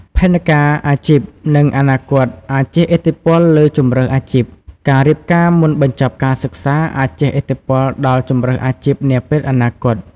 ផែនការអាជីព និងអនាគត អាចជះឥទ្ធិពលលើជម្រើសអាជីព: ការរៀបការមុនបញ្ចប់ការសិក្សាអាចជះឥទ្ធិពលដល់ជម្រើសអាជីពនាពេលអនាគត។